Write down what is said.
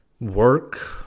work